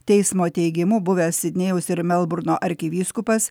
teismo teigimu buvęs sidnėjaus ir melburno arkivyskupas